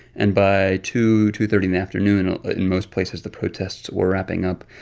and by two, two thirty in the afternoon in most places, the protests were wrapping up.